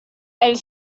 elle